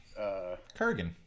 Kurgan